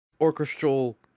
orchestral